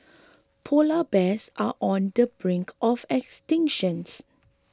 Polar Bears are on the brink of extinctions